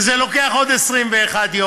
וזה לוקח עוד 21 יום,